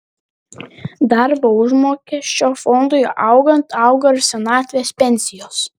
darbo užmokesčio fondui augant auga ir senatvės pensijos